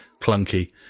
clunky